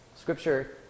Scripture